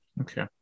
okay